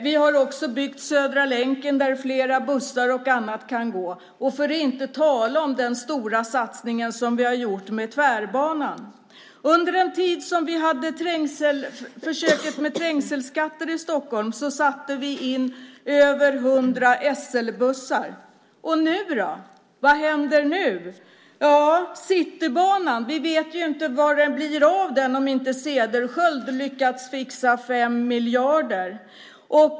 Vi har också byggt Södra länken där flera bussar och annan trafik kan gå, för att inte tala om den stora satsning som vi har gjort med Tvärbanan. Under tiden för försöket med trängselskatter i Stockholm satte vi in över hundra SL-bussar. Vad händer nu då? Citybanan vet vi ju inte vad det blir av om inte Cederschiöld lyckas fixa 5 miljarder.